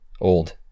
Old